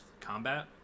combat